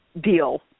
deal